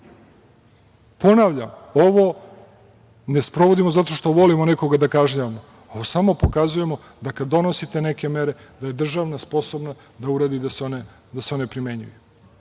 drugo. Ponavljam, ovo ne sprovodimo zato što volimo nekoga da kažnjavamo, ovo samo pokazujemo da kada donosite neke mere da je država sposobna da uradi da se one primenjuju.